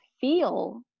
feel